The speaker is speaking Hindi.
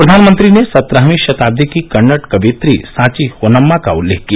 प्रधानमंत्री ने सत्रहवीं शताब्दी की कन्नड़ कवियत्री सांची होनम्मा का उल्लेख किया